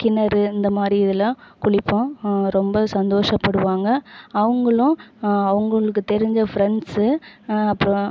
கிணறு இந்தமாதிரி இதலாம் குளிப்போம் ரொம்ப சந்தோஷ படுவாங்க அவங்களும் அவங்களுக்கு தெரிஞ்ச ஃப்ரெண்ட்சு அப்புறோம்